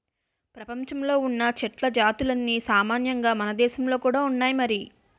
ప్రపంచంలో ఉన్న చెట్ల జాతులన్నీ సామాన్యంగా మనదేశంలో కూడా ఉన్నాయి మరి